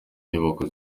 inyubako